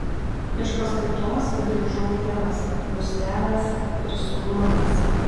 iš paskaitos grįžau vienas nustebęs ir suglumęs